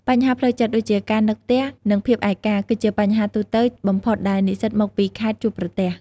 បញ្ហាផ្លូវចិត្តដូចជាការនឹកផ្ទះ និងភាពឯកោ គឺជាបញ្ហាទូទៅបំផុតដែលនិស្សិតមកពីខេត្តជួបប្រទះ។